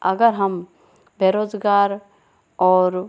अगर हम बेरोजगार और